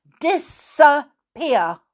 disappear